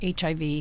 HIV